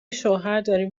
شوهرداریم